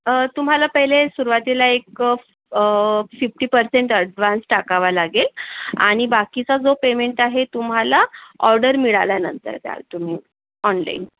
तुम्हाला पहिले सुरवातीला एक फिफ्टी पर्सेंट ॲडवान्स टाकावा लागेल आणि बाकीचा जो पेमेंट आहे तुम्हाला ऑर्डर मिळाल्यानंतर द्याल तुम्ही ऑनलाईन